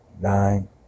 nine